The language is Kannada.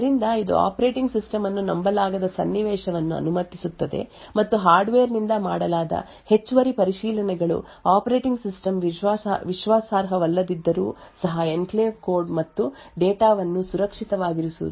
ಆದ್ದರಿಂದ ಇದು ಆಪರೇಟಿಂಗ್ ಸಿಸ್ಟಮ್ ಅನ್ನು ನಂಬಲಾಗದ ಸನ್ನಿವೇಶವನ್ನು ಅನುಮತಿಸುತ್ತದೆ ಮತ್ತು ಹಾರ್ಡ್ವೇರ್ ನಿಂದ ಮಾಡಲಾದ ಹೆಚ್ಚುವರಿ ಪರಿಶೀಲನೆಗಳು ಆಪರೇಟಿಂಗ್ ಸಿಸ್ಟಮ್ ವಿಶ್ವಾಸಾರ್ಹವಲ್ಲದಿದ್ದರೂ ಸಹ ಎನ್ಕ್ಲೇವ್ ಕೋಡ್ ಮತ್ತು ಡೇಟಾ ವನ್ನು ಸುರಕ್ಷಿತವಾಗಿರಿಸುತ್ತದೆ ಎಂದು ಖಚಿತಪಡಿಸುತ್ತದೆ